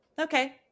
okay